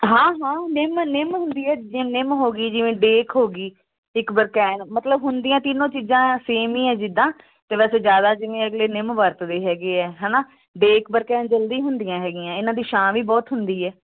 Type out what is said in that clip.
ਹਾਂ ਹਾਂ ਨਿੰਮ ਨਿੰਮ ਹੁੰਦੀ ਹੈ ਨਿੰਮ ਹੋ ਗਈ ਜਿਵੇਂ ਡੇਕ ਹੋ ਗਈ ਇੱਕ ਬਰਕੈਨ ਮਤਲਬ ਹੁੰਦੀਆਂ ਤਿੰਨੋਂ ਚੀਜ਼ਾਂ ਸੇਮ ਹੀ ਆ ਜਿੱਦਾਂ ਅਤੇ ਵੈਸੇ ਜ਼ਿਆਦਾ ਜਿਵੇਂ ਅਗਲੇ ਨਿੰਮ ਵਰਤਦੇ ਹੈਗੇ ਆ ਹੈ ਨਾ ਡੇਕ ਬਰਕੈਨ ਜਲਦੀ ਹੁੰਦੀਆਂ ਹੈਗੀਆਂ ਹੈ ਇਹਨਾਂ ਦੀ ਛਾਂ ਵੀ ਬਹੁਤ ਹੁੰਦੀ ਹੈ